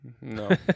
no